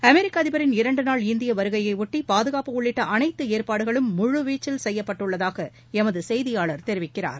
அமெரிக்க அதிபரின் இரண்டு நாள் இந்திய வருகையையொட்டி பாதுகாப்பு உள்ளிட்ட அனைத்து ஏற்பாடுகளும் முழுவீச்சில் செய்யப்பட்டுள்ளதாக எமது செய்தியாளர் தெரிவிக்கிறார்